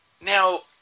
Now